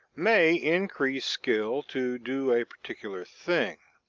may increase skill to do a particular thing.